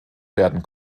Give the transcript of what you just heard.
werden